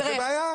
זאת בעיה.